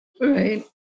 Right